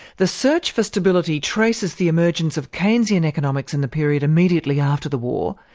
the search for stability traces the emergence of keynesian economics in the period immediately after the war,